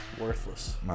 Worthless